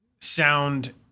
sound